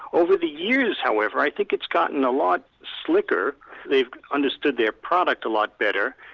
over the years however, i think it's gotten a lot slicker they understood their product a lot better,